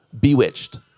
bewitched